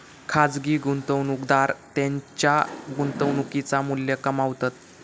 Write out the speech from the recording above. खाजगी गुंतवणूकदार त्येंच्या गुंतवणुकेचा मू्ल्य कमावतत